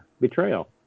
Betrayal